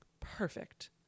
perfect